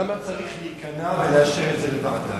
למה צריך להיכנע ולאשר להעביר את זה לוועדה?